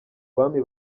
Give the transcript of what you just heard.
bami